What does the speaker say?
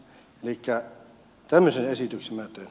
elikkä tämmöisen esityksen minä teen